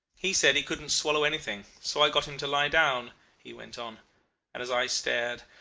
he said he couldn't swallow anything, so i got him to lie down he went on and as i stared,